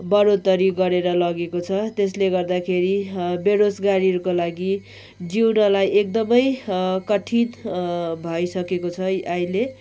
बढोत्तरी गरेर लगेको छ त्यसले गर्दाखेरि बेरोजगारीहरूको लागि जिउनलाई एकदमै कठिन भइसकेको छ अहिले